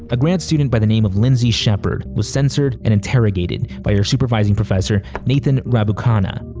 a grad student by the name of lindsay shepherd was censured and interrogated by her supervising professor, nathan rambukkana.